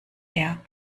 her